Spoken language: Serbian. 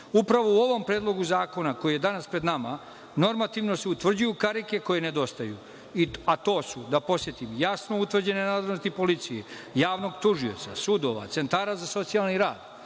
Upravo u ovom predlogu zakona, koji je danas pred nama, normativno se utvrđuju karike koje nedostaju, a to su, da podsetim, jasno utvrđene nadležnosti policije, javnog tužioca, sudova, centara za socijalni rad,